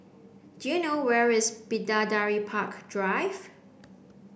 do you know where is Bidadari Park Drive